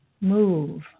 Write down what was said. move